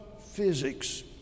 physics